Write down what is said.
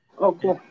Okay